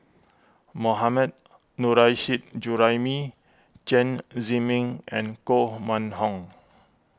Mohammad Nurrasyid Juraimi Chen Zhiming and Koh Mun Hong